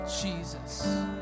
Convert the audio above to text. Jesus